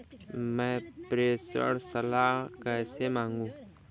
मैं प्रेषण सलाह कैसे मांगूं?